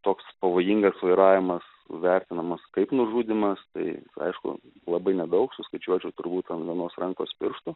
toks pavojingas vairavimas vertinamas kaip nužudymas tai aišku labai nedaug suskaičiuočiau turbūt an vienos rankos pirštų